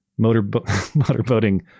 Motorboating